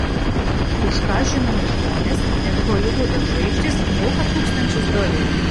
už ką žinomi žmonės net holivudo žvaigždės moka tūkstančius dolerių